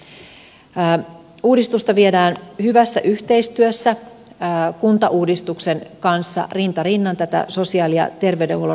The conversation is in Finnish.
sosiaali ja terveydenhuollon rakenneuudistusta viedään hyvässä yhteistyössä kuntauudistuksen kanssa rinta rinnan tätä sosiaali ja terveydenhuollon